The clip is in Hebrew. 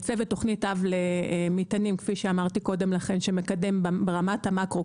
צוות תוכנית אב למטענים שמקדם ברמת המקרו